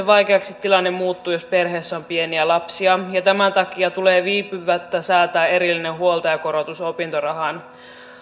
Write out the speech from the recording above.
vaikeaksi tilanne muuttuu jos perheessä on pieniä lapsia ja tämän takia tulee viipymättä säätää erillinen huoltajakorotus opintorahaan